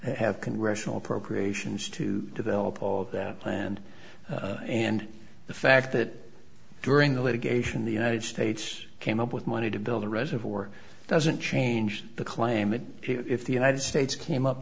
have congressional appropriations to develop all of that land and the fact that during the litigation the united states came up with money to build a reservoir doesn't change the claim that if the united states came up